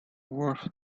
worth